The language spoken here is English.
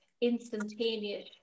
instantaneous